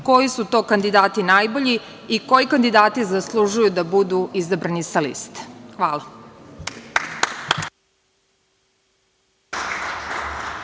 koji su to kandidati najbolji i koji kandidati zaslužuju da budu izabrani sa liste. Hvala.